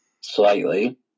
slightly